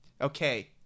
Okay